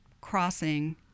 crossing